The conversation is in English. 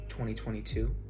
2022